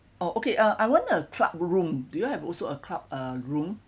oh okay uh I want a club room do you have also a club uh room